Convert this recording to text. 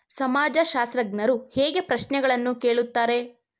ಸಮಾಜಶಾಸ್ತ್ರಜ್ಞರು ಹೇಗೆ ಪ್ರಶ್ನೆಗಳನ್ನು ಕೇಳುತ್ತಾರೆ?